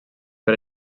per